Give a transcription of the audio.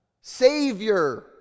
Savior